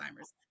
Alzheimer's